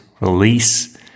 release